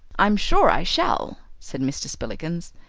i'm sure i shall, said mr. spillikins.